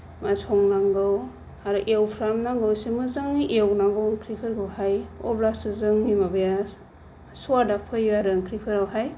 मा संनांगौ आरो एवफ्रामनांगौ इसे मोजाङै एवनांगौ ओंख्रिफोरखौहाय अब्लासो जोंनि माबाया सुवादा फैयो आरो ओंख्रिफोरावहाय